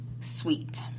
sweet